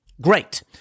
Great